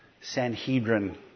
Sanhedrin